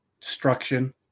destruction